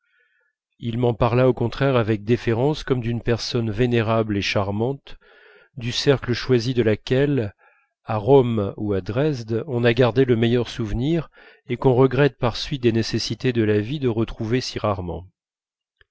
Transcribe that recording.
il m'en parla au contraire avec déférence comme d'une personne vénérable et charmante du cercle choisi de laquelle à rome ou à dresde on a gardé le meilleur souvenir et qu'on regrette par suite des nécessités de la vie de retrouver si rarement